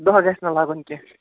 دۄہ گژھِ نہٕ لَگُن کیٚنٛہہ